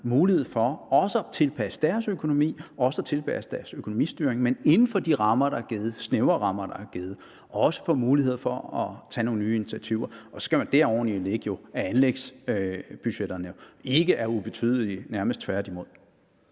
mulighed for også at tilpasse deres økonomi, også at tilpasse deres økonomistyring. Men inden for de snævre rammer, der er givet, får de også mulighed for at tage nogle nye initiativer. Og så skal man jo der oveni lægge, at anlægsbudgetterne ikke er ubetydelige, nærmest tværtimod.